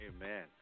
Amen